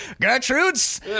Gertrude's